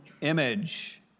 image